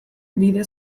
bide